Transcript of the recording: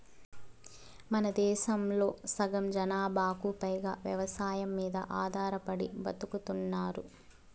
మనదేశంలో సగం జనాభాకు పైగా వ్యవసాయం మీద ఆధారపడి బతుకుతున్నారు